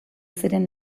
ziren